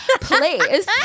please